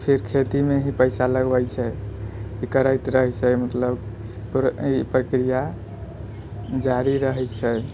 फिर खेतीमे ही पैसा लगबै छै ई करैत रहै छै मतलब ई प्रक्रिया जारि रहै छै